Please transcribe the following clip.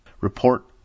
report